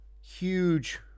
huge